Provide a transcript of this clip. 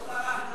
לא ברחנו.